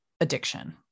addiction